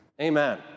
Amen